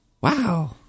Wow